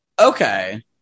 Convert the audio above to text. Okay